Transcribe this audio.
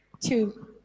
Two